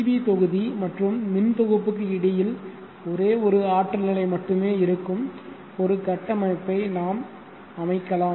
we தொகுதி மற்றும் மின் தொகுப்புக்கு இடையில் ஒரே ஒரு ஆற்றல் நிலை மட்டுமே இருக்கும் ஒரு கட்டமைப்பை நாம் அமைக்கலாம்